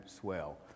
swell